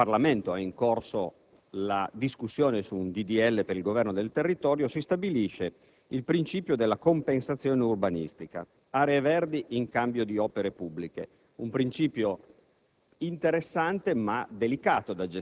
sapete, in Parlamento è in corso la discussione sul disegno di legge per il governo del territorio), si stabilisce il principio della compensazione urbanistica, ovvero aree verdi in cambio di opere pubbliche. Un principio